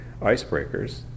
icebreakers